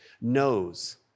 knows